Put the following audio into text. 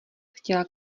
chtěla